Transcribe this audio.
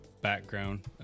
background